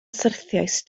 syrthiaist